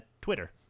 Twitter